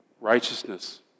righteousness